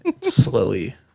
slowly